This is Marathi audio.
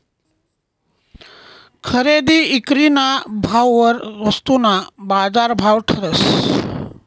खरेदी ईक्रीना भाववर वस्तूना बाजारभाव ठरस